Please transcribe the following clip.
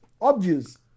obvious